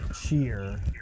cheer